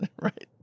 Right